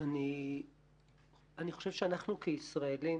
אני חושב שאנחנו כישראלים